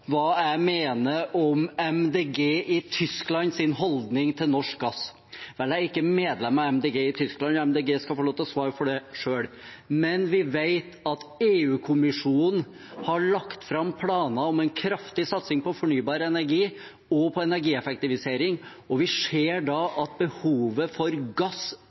hva jeg mener om miljøpartiet De Grønne i Tysklands holdning til norsk gass. Vel, jeg er ikke medlem av miljøpartiet De Grønne i Tyskland, og de skal få lov til å svare for det selv. Men vi vet at EU-kommisjonen har lagt fram planer om en kraftig satsing på fornybar energi og på energieffektivisering, og vi ser da at behovet for gass